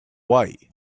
why